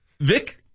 Vic